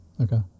Okay